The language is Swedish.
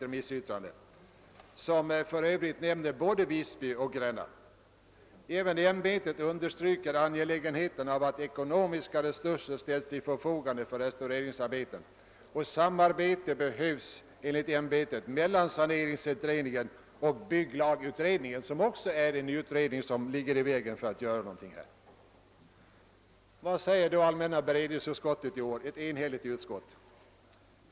För övrigt nämns både Visby och Gränna. ämbetet understryker angelägenheten av att ekonomiska resurser ställs till förfogande för restaureringsarbetet, och samarbete behövs enligt ämbetet mellan saneringsutredningen och bygglagutredningen, vilken också ligger i vägen för åtgärder på detta område. Vad säger då allmänna beredningsutskottet i år i sitt enhälliga utlåtande?